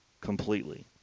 completely